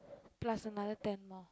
plus another ten more